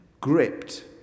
gripped